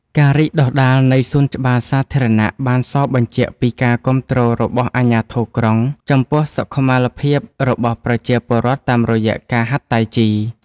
ការរីកដុះដាលនៃសួនច្បារសាធារណៈបានសបញ្ជាក់ពីការគាំទ្ររបស់អាជ្ញាធរក្រុង ចំពោះសុខុមាលភាពរបស់ប្រជាពលរដ្ឋតាមរយៈការហាត់តៃជី។